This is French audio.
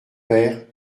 père